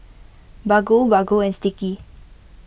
Baggu Baggu and Sticky